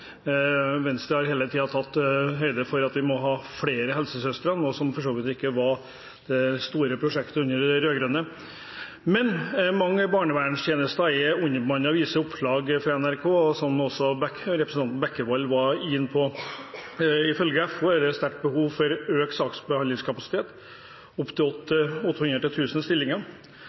Venstre har hele tiden tatt høyde for at vi må ha flere helsesøstre, noe som for så vidt ikke var det store prosjektet under de rød-grønne. Men mange barnevernstjenester er underbemannet, viser oppslag fra NRK, og som også representanten Bekkevold var inne på. Ifølge FO er det stort behov for økt saksbehandlingskapasitet,